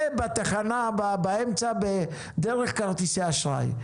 ובאמצע דרך כרטיסי אשראי,